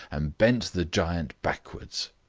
and bent the giant backwards.